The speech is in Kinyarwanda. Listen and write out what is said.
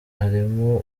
harimo